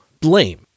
blame